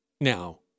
now